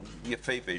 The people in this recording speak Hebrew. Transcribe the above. הוא יפהפה.